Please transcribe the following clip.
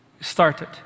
started